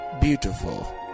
beautiful